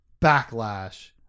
backlash